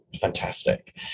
fantastic